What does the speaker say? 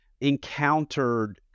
encountered